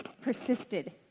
persisted